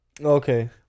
Okay